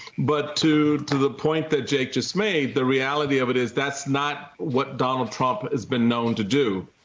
but to to the point that jake just made, the reality of it is that's not what donald trump has been known to do.